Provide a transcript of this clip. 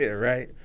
yeah right?